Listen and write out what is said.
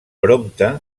prompte